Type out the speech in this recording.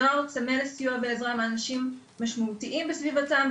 הנוער צמא לסיוע ועזרה מאנשים משמעותיים בסביבתם,